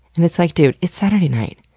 and it's like, dude, it's saturday night.